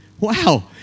Wow